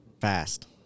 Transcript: Fast